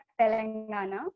Telangana